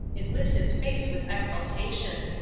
it lit his face with exultation.